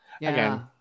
again